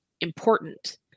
important